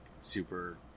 super